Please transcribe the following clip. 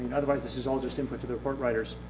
and otherwise this is all just input to the report writers.